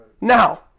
Now